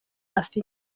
afite